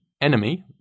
enemy